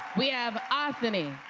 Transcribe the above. we have anthony,